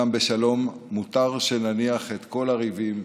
גם בשלום מותר שנניח את כל הריבים,